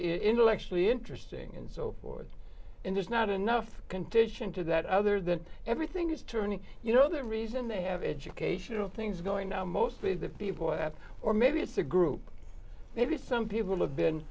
in intellectually interesting and so forth and there's not enough condition to that other than everything is turning you know the reason they have educational things going now mostly that people have or maybe it's a group maybe some people have been